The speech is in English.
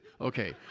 Okay